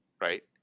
right